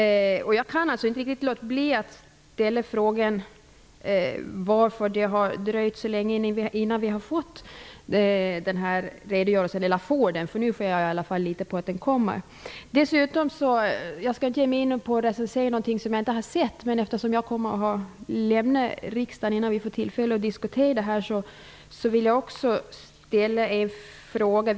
Jag kan inte låta bli att fråga varför det har dröjt så länge innan vi nu får den här redogörelsen; jag litar på att den kommer nu. Jag skall inte ge mig in på att recensera något som jag inte har sett, men eftersom jag kommer att ha lämnat riksdagen innan det blir tillfälle att diskutera ärendet, vill jag nu ställa en fråga.